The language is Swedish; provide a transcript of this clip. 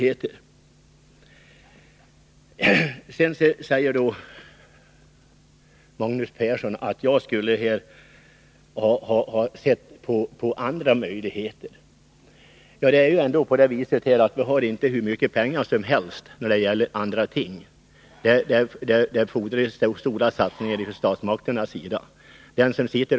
Sedan säger då Magnus Persson att det hade funnits andra möjligheter. Men vi har inte hur mycket pengar som helst i statens kassakista. Det fordras stora satsningar från statsmakterna för att skapa ny sysselsättning.